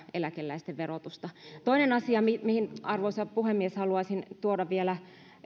eläkeläisten verotusta toinen asia mihin arvoisa puhemies haluaisin tuoda vielä